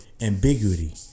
ambiguity